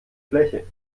fläche